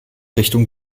richtung